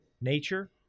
nature